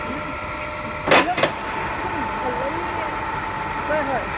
hello hello Pallavi होय होय